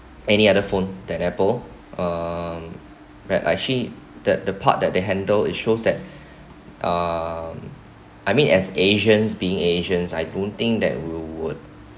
any other phone than apple uh where I she that the part that they handle it shows that uh I mean as asians being asians I don't think that will would